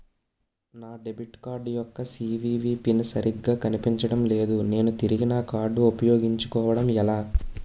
నా debit card యెక్క CVV PIN సరిగా కనిపించడం లేదు నేను తిరిగి నా కార్డ్ఉ పయోగించుకోవడం ఎలా?